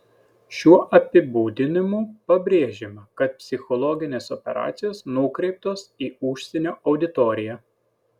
šiuo apibūdinimu pabrėžiama kad psichologinės operacijos nukreiptos į užsienio auditoriją